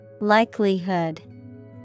Likelihood